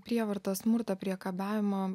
prievartą smurtą priekabiavimą